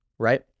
Right